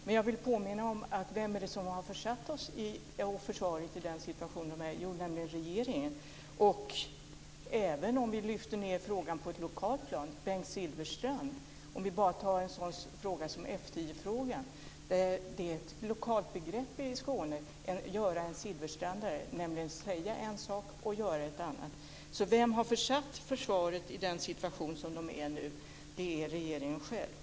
Men jag vill påminna om vem det är som har försatt försvaret i den här situationen, nämligen regeringen. Vi kan lyfta ned frågan på ett lokalt plan, Bengt Silfverstrand. Vi kan ta en sådan fråga som F 10-frågan. Det är ett lokalt begrepp i Skåne att göra en silfverstrandare, nämligen säga en sak och göra en annan. Vem har försatt försvaret i den situation som man nu är i? Det är regeringen själv.